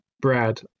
Brad